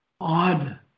odd